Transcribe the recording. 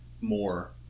more